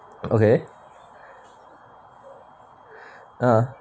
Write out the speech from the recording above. okay uh